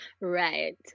Right